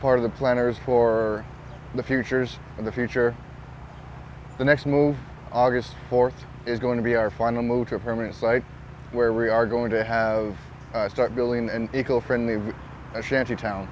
part of the planners for the futures and the future the next move august fourth is going to be our final move to a permanent site where we are going to have start building an eco friendly shanty town